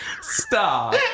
Stop